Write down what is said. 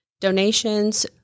Donations